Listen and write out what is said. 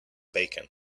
bacon